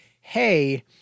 hey